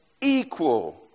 equal